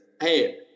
Hey